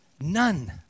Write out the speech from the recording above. none